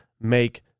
make